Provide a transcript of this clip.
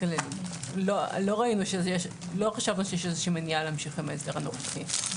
לא חשבנו שיש איזושהי מניעה להמשך עם ההסדר הנוכחי.